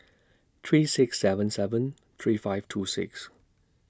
three six seven seven three five two six